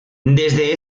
desde